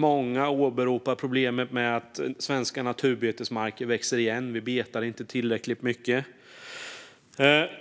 Många åberopar problemet med att svenska naturbetesmarker växer igen; det betas inte tillräckligt mycket.